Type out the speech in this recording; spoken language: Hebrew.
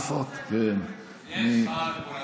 יש שכר לפעולתנו.